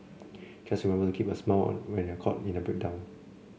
just remember to keep that smile on when you're caught in a breakdown